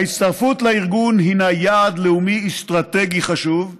ההצטרפות לארגון הינה יעד לאומי אסטרטגי חשוב,